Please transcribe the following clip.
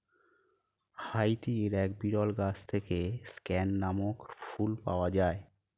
হাইতির এক বিরল গাছ থেকে স্ক্যান নামক ফুল পাওয়া যায়